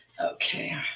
okay